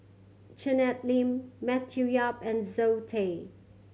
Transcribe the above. Janet Lim Matthew Yap and Zoe Tay